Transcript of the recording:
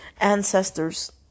ancestors